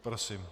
Prosím.